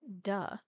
Duh